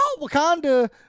wakanda